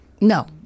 No